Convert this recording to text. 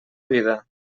vida